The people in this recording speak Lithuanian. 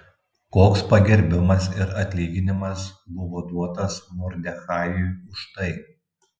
koks pagerbimas ir atlyginimas buvo duotas mordechajui už tai